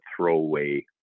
throwaway